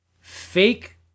fake